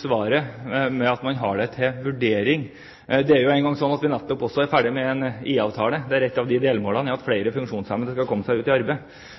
Svaret, at man har denne ordningen til vurdering, forundrer meg litt. Det er jo slik at vi nettopp er ferdig med en IA-avtale, der ett av delmålene er at flere funksjonshemmede skal komme seg ut i arbeid.